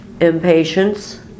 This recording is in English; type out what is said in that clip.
impatience